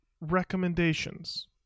recommendations